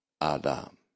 Adam